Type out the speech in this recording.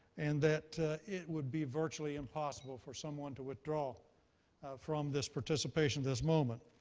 and that it would be virtually impossible for someone to withdraw from this participation this moment.